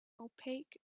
opaque